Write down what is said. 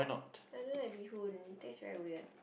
I don't like bee hoon tastes very weird